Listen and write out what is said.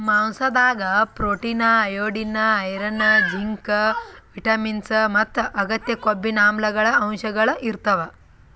ಮಾಂಸಾದಾಗ್ protein, iodine, iron, zinc, vitamins ಮತ್ತ್ ಅಗತ್ಯ ಕೊಬ್ಬಿನಾಮ್ಲಗಳ್ ಅಂಶಗಳ್ ಇರ್ತವ್